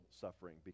suffering